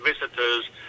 visitors